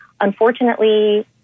Unfortunately